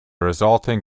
resulting